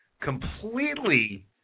completely –